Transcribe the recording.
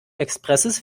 expresses